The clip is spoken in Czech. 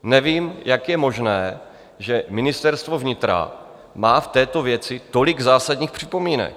Nevím, jak je možné, že Ministerstvo vnitra má v této věci tolik zásadních připomínek.